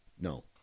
no